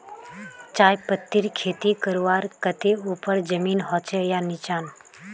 चाय पत्तीर खेती करवार केते ऊपर जमीन होचे या निचान?